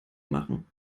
machen